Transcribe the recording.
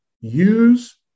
use